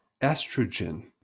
estrogen